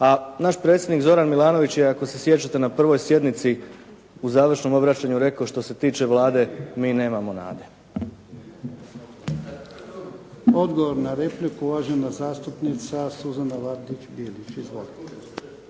A naš predsjednik Zoran Milanović je ako se sjećate na 1. sjednici u završnom obraćanju rekao: «Što se tiče Vlade mi nemamo nade». **Jarnjak, Ivan (HDZ)** Odgovor na repliku uvažena zastupnica Suzana Vardić Bilić. Izvolite.